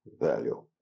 value